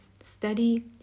study